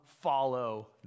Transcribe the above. follow